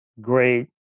great